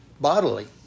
bodily